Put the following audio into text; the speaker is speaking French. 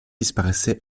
disparaissent